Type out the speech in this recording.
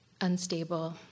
unstable